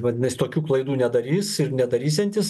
vadinasi tokių klaidų nedarys ir nedarysiantis